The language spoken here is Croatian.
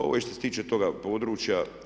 Ovo je što se tiče toga područja.